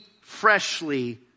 freshly